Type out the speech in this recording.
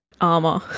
armor